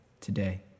today